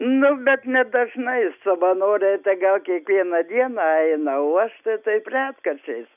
nu bet nedažnai savanorė tai gal kiekvieną dieną eina o aš tai taip retkarčiais